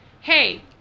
Hey